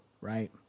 right